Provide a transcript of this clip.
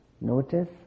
notice